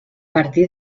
partir